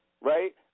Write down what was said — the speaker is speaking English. right